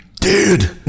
dude